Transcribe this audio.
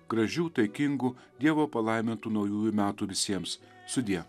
gražių taikingų dievo palaimintų naujųjų metų visiems sudie